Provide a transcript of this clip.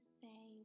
say